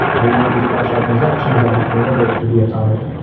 we want these cross shard transactions that happen in order to be atomic.